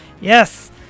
Yes